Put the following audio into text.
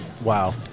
Wow